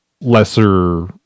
lesser